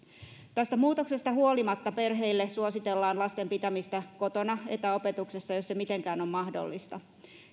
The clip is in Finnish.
tästä muutoksesta huolimatta perheille suositellaan lasten pitämistä kotona etäopetuksessa jos se mitenkään on mahdollista